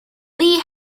lee